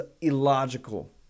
illogical